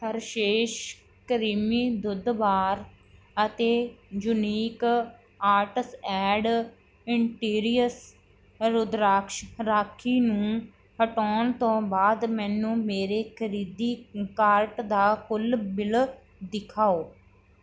Hershey's creamy ਦੁੱਧ bar ਅਤੇ unique arts and interiors Rudraksh rakhi ਨੂੰ ਹਟਾਉਣ ਤੋਂ ਬਾਅਦ ਮੈਨੂੰ ਮੇਰੇ ਖਰੀਦੀ ਕਾਰਟ ਦਾ ਕੁੱਲ ਬਿੱਲ ਦਿਖਾਓ